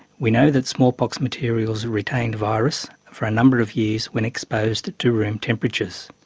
we know that smallpox materials retained virus for a number of years when exposed to room temperatures.